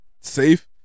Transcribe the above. safe